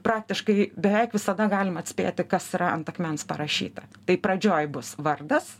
praktiškai beveik visada galima atspėti kas yra ant akmens parašyta tai pradžioj bus vardas